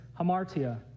hamartia